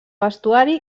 vestuari